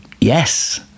Yes